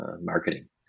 marketing